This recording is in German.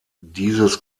dieses